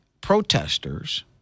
protesters